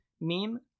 meme